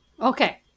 Okay